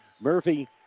Murphy